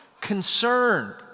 concerned